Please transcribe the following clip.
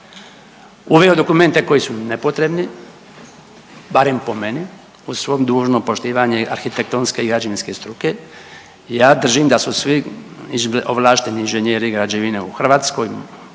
uveo dokumente koji su nepotrebni, barem po meni uz svo dužno poštivanje arhitektonske i građevinske struke, ja držim da su svi ovlašteni inženjeri građevine u Hrvatskoj,